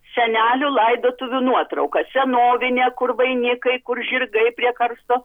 senelių laidotuvių nuotraukas senovinė kur vainikai kur žirgai prie karsto